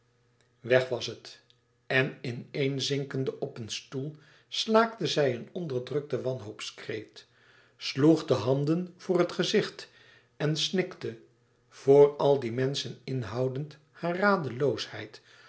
weg was het en in-een zinkende op een stoel slaakte zij een onderdrukten wanhoopkreet sloeg de handen voor het gezicht en snikte voor al die menschen inhoudend